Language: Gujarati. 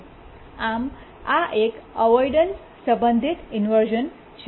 આમ આ એક અવોઇડન્સ સંબંધિત ઇન્વર્શ઼ન છે